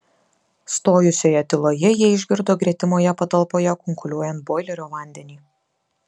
stojusioje tyloje jie išgirdo gretimoje patalpoje kunkuliuojant boilerio vandenį